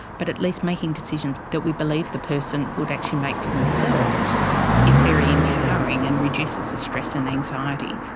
but at least making decisions that we believe the person would actually make for themselves is very empowering and reduces the stress and anxiety.